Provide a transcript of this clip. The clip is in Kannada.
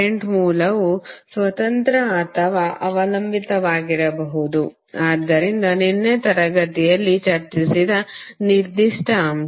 ಕರೆಂಟ್ ಮೂಲವು ಸ್ವತಂತ್ರ ಅಥವಾ ಅವಲಂಬಿತವಾಗಿರಬಹುದು ಆದ್ದರಿಂದ ನಿನ್ನೆ ತರಗತಿಯಲ್ಲಿ ಚರ್ಚಿಸಿದ ನಿರ್ದಿಷ್ಟ ಅಂಶ